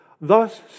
thus